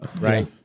Right